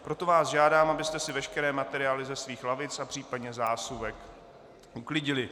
Proto vás žádám, abyste si veškeré materiály ze svých lavic a případně zásuvek uklidili.